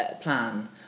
plan